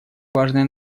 важное